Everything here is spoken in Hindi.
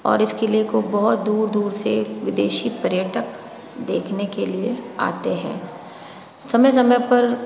और इस किले को बहुत दूर दूर से विदेशी पर्यटक देखने के लिए आते हैं समय समय पर